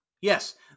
Yes